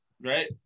right